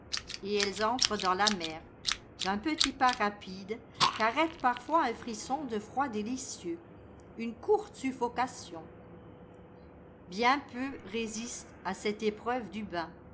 et elles entrent dans la mer d'un petit pas rapide qu'arrête parfois un frisson de froid délicieux une courte suffocation bien peu résistent à cette épreuve du bain